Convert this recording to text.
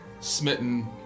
smitten